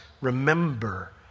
remember